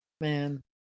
Man